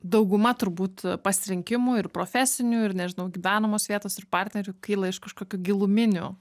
dauguma turbūt pasirinkimų ir profesinių ir nežinau gyvenamos vietos ir partnerių kyla iš kažkokių giluminių